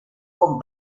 con